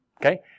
Okay